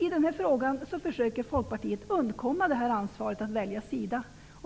I denna fråga försöker Folkpartiet undkomma ansvaret att välja sida.